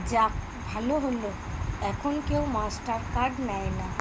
যাক ভালো হলো এখন কেউ মাস্টার কার্ড নেয় না